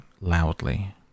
loudly